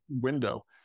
window